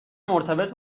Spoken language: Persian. مرتبط